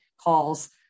calls